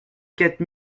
quatre